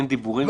אין דיבורים,